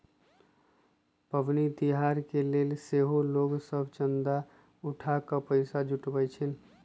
पबनि तिहार के लेल सेहो लोग सभ चंदा उठा कऽ पैसा जुटाबइ छिन्ह